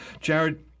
Jared